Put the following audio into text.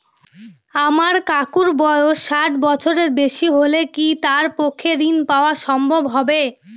আমার কাকুর বয়স ষাট বছরের বেশি হলে কি তার পক্ষে ঋণ পাওয়া সম্ভব হবে?